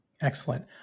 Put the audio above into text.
Excellent